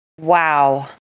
Wow